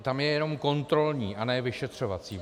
Tam je jenom kontrolní, a ne vyšetřovací.